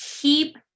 keep